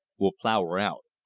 we'll plow her out.